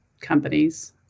companies